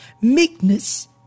meekness